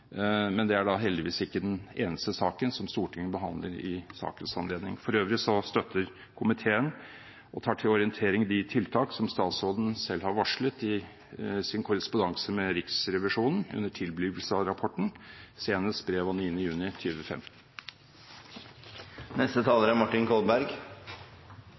men det er heldigvis ikke den eneste saken som Stortinget behandler i sakens anledning. For øvrig støtter komiteen og tar til orientering de tiltak som statsråden selv har varslet i sin korrespondanse med Riksrevisjonen under tilblivelsen av rapporten, senest brev av 9. juni